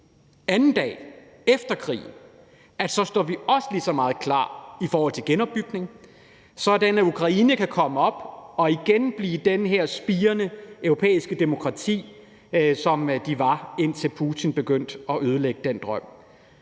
en dag efter krigen, også står lige så meget klar i forhold til genopbygning, sådan at Ukraine kan komme op og igen blive det her spirende europæiske demokrati, som de var, indtil Putin begyndte at ødelægge den drøm.